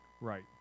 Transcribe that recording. right